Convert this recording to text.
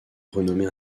renommée